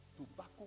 tobacco